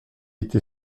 été